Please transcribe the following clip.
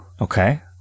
Okay